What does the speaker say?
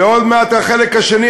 ועוד מעט החלק השני,